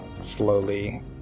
slowly